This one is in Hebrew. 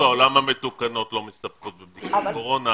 המתוקנות בעולם לא מסתפקות בבדיקת קורונה.